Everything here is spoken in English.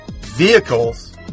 vehicles